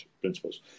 principles